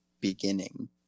beginning